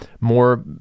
more